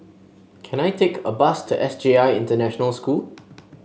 can I take a bus to S J I International School